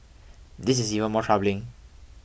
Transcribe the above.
this is even more troubling